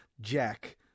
Jack